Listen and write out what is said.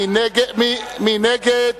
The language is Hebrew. מי נגד?